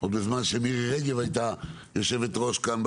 עוד בזמן שמירי רגב היתה יושבת-ראש כאן בוועדה.